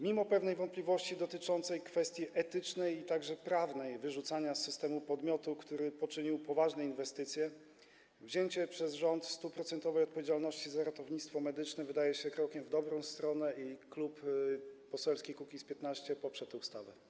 Mimo pewnej wątpliwości dotyczącej kwestii etycznej i prawnej wyrzucania z systemu podmiotu, który poczynił poważne inwestycje, wzięcie przez rząd 100-procentowej odpowiedzialności za ratownictwo medyczne wydaje się krokiem w dobrą stronę, i Klub Poselski Kukiz’15 poprze tę ustawę.